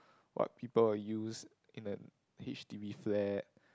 what people will use in a H_D_B flat